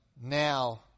now